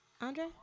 Andre